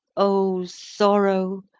o sorrow!